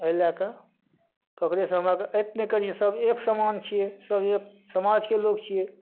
ओहि लए कऽ ककरो सऽ हमरा आरके आयत नहि करियै सब एक समान छियै सब एक समाजके लोक छियै